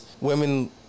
women